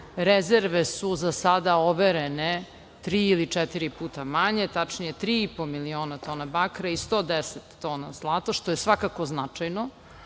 Rezerve su za sada overene tri ili četiri puta manje, tačnije tri i po miliona tona bakra i 110 tona zlata, što je svakako značajno. Ono